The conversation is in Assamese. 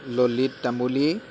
ললিত তামুলী